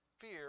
Fear